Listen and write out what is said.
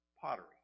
pottery